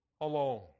alone